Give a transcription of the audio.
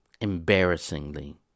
Embarrassingly